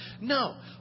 No